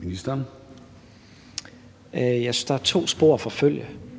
Kl. 13:38 Formanden (Søren